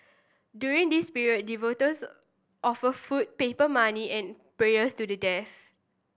during this period offer food paper money and prayers to the dead